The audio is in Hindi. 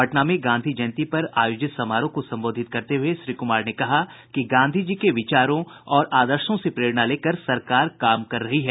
पटना में गांधी जयंती पर आयोजित समारोह को संबोधित करते हुये श्री कुमार ने कहा कि गांधी जी के विचारों और आदर्शों से प्रेरणा लेकर सरकार काम कर रही है